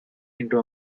into